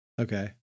Okay